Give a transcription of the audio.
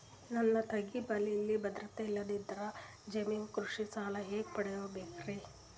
ನನ್ನ ತಂಗಿ ಬಲ್ಲಿ ಭದ್ರತೆ ಇಲ್ಲದಿದ್ದರ, ಜಾಮೀನು ಕೃಷಿ ಸಾಲ ಹೆಂಗ ಪಡಿಬೋದರಿ?